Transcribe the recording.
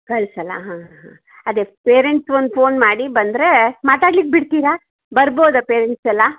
ಕಳ್ಸಲ್ಲ ಹಾಂ ಹಾಂ ಅದೆ ಪೇರೆಂಟ್ಸ್ ಒಂದು ಫೋನ್ ಮಾಡಿ ಬಂದರೆ ಮಾತಾಡ್ಲಿಕ್ಕೆ ಬಿಡ್ತೀರಾ ಬರ್ಬೌದಾ ಪೇರೆಂಟ್ಸ್ ಎಲ್ಲ